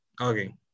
Okay